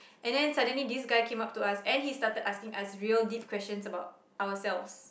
and then suddenly this guy came up to us and he started asking us real deep questions about ourselves